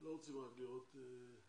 לא רוצים רק לראות שקפים.